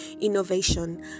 innovation